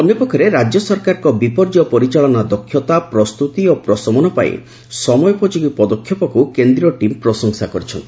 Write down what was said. ଅନ୍ୟପକ୍ଷରେ ରାକ୍ୟସରକାରଙ୍କ ବିପର୍ଯ୍ୟ ପରିଚାଳନା ଦକ୍ଷତା ପ୍ରସ୍ତୁତି ଓ ପ୍ରଶମନ ପାଇଁ ସମୟୋପଯୋଗୀ ପଦକ୍ଷେପକୁ କେନ୍ଦୀୟ ଟିମ୍ ପ୍ରଶଂସା କରିଛନ୍ତି